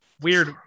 weird